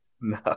No